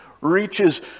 reaches